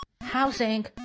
housing